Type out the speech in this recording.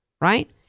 Right